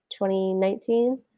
2019